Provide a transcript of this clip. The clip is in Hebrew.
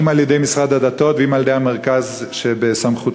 אם על-ידי משרד הדתות ואם על-ידי המרכז שבסמכותך,